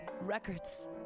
Records